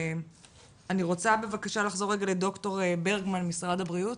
אני רוצה בבקשה לחזור רגע לד"ר ברגמן ממשרד הבריאות.